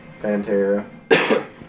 Pantera